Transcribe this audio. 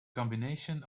combination